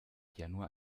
januar